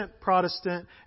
Protestant